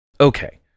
Okay